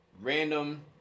Random